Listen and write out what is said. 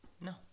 No